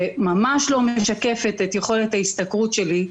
שממש לא משקפת את יכולת ההשתכרות שלי,